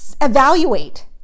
evaluate